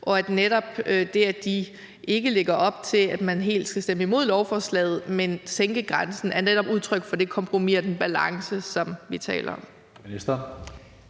Netop det, at de ikke lægger op til, at man helt skal stemme imod lovforslaget, men sænke grænsen, er udtryk for det kompromis og den balance, som vi taler om.